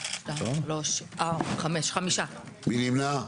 מי נמנע?